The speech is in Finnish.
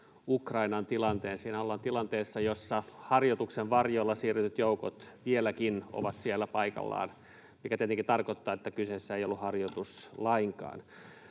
Ukrainan tilanteen. Siinähän ollaan tilanteessa, jossa harjoituksen varjolla siirretyt joukot vieläkin ovat siellä paikallaan — mikä tietenkin tarkoittaa, että kyseessä ei ollut harjoitus lainkaan.